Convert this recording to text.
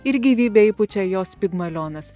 ir gyvybę įpučia jos pigmalionas